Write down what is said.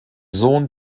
sohn